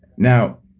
now,